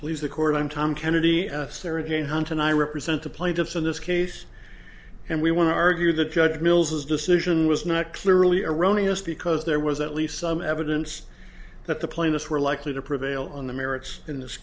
please the court i'm tom kennedy surrogate hunt and i represent the plaintiffs in this case and we want to argue the judge mills whose decision was not clearly erroneous because there was at least some evidence that the plaintiffs were likely to prevail on the merits in this